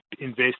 invest